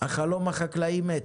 החלום החקלאי מת.